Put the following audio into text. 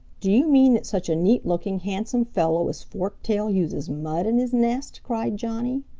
do you mean that such a neat-looking, handsome fellow as forktail uses mud in his nest? cried johnny.